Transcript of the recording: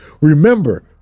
remember